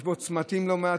יש בו צמתים לא מעטים,